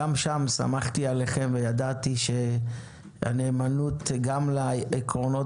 גם שם סמכתי עליהם וידעתי שהנאמנות גם לעקרונות